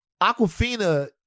Aquafina